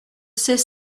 sais